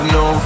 no